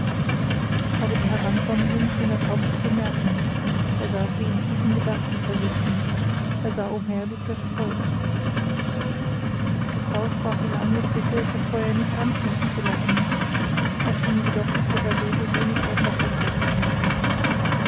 aber die herankommenden schien er kaum zu bemerken er saß wie in tiefen gedanken versunken er sah umher wie zerstreut die frau sprach ihn an mit bitte das feuer nicht anzünden zu lassen er schien jedoch ihrer rede wenig aufmerksamkeit zu schenken